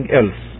else